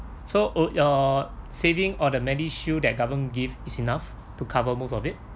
so oh your saving or the medishield that government give is enough to cover most of it